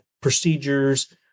procedures